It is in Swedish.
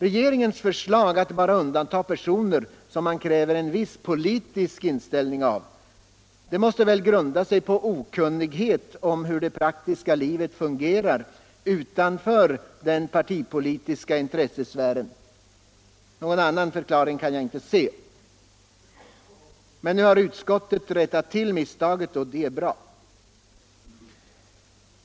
Regeringens förslag att bara undanta personer som man kräver en viss politisk inställning av måste väl grunda sig på okunnighet om hur det praktiska livet fungerar utanför den partipolitiska intressesfären - någon annan förklaring kan jag inte finna. Men nu har utskottet rättat till misstaget och det är bra.